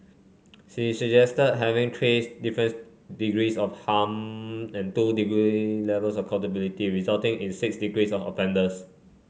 she suggested having three different degrees of harm and two degree levels of culpability resulting in six degrees of offenders